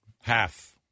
Half